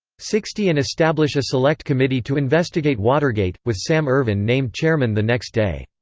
sixty and establish a select committee to investigate watergate, with sam ervin named chairman the next day.